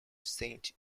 saint